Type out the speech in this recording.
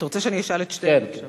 אתה רוצה שאני אשאל את שתיהן עכשיו?